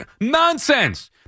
Nonsense